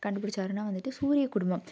கண்டுபிடிச்சாருனா வந்துட்டு சூரியக்குடும்பம்